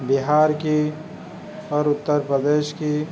بہار کی اور اتر پردیش کی